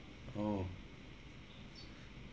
oh